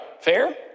Fair